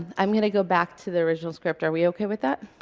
i'm going to go back to the original script. are we okay with that?